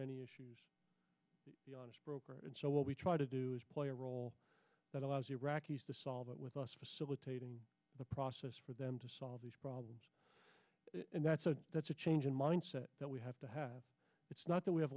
issues and so what we try to do is play a role that allows iraqis to solve it with us facilitating the process for them to solve these problems and that's a that's a change in mindset that we have to have it's not that we have